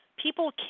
People